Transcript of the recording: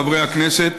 חברי הכנסת,